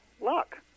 luck